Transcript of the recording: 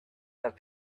have